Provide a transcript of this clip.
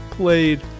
played